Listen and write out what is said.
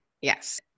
Yes